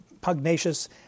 pugnacious